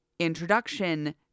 Introduction